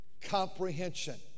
comprehension